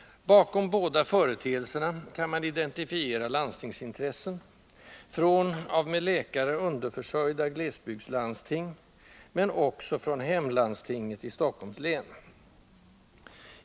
Bakom båda företeelserna kan man identifiera landstingsintressen — från med läkare underförsörjda glesbygdslandsting men också från hemlandstinget i Stockholms län.